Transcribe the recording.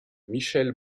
michèle